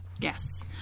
yes